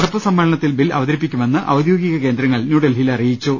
നടപ്പ് സമ്മേളനത്തിൽ ബിൽ അവ തരിപ്പിക്കുമെന്ന് ഔദ്യോഗിക കേന്ദ്രങ്ങൾ ന്യൂഡൽഹിയിൽ അറിയിച്ചു